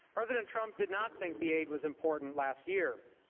president trump did not think the aide was important last year.